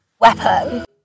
Weapon